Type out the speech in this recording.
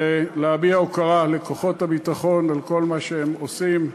ולהביע הוקרה לכוחות הביטחון על כל מה שהם עושים,